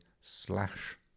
slash